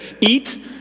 eat